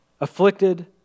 Afflicted